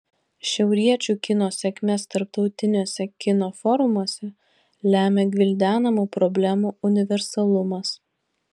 šiauriečių kino sėkmes tarptautiniuose kino forumuose lemia gvildenamų problemų universalumas